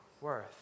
worth